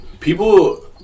People